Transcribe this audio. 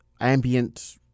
ambient